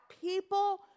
people